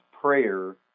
prayer